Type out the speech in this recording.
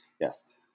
yes